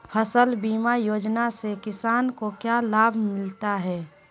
फसल बीमा योजना से किसान को क्या लाभ मिलता है?